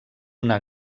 una